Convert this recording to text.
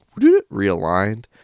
realigned